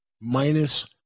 minus